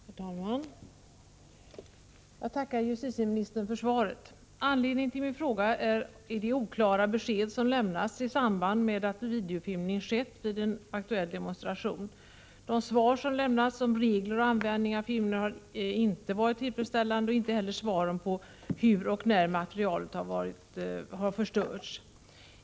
Herr talman! Jag tackar justitieministern för svaret. Anledningen till min fråga är de oklara besked som lämnats i samband med att videofilmning skett vid en aktuell demonstration. De svar som lämnats om regler och användning av filmning har inte varit tillfredsställande. Det har inte heller svaren rörande hur och när materialet har förstörts varit.